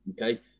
okay